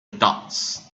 dots